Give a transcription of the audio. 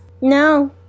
no